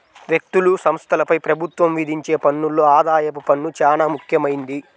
వ్యక్తులు, సంస్థలపై ప్రభుత్వం విధించే పన్నుల్లో ఆదాయపు పన్ను చానా ముఖ్యమైంది